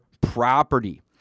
property